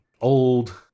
old